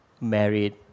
married